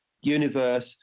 universe